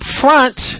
front